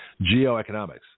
Geoeconomics